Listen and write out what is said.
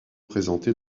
représentées